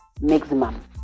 maximum